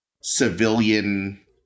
civilian